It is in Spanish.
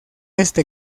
este